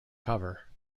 cover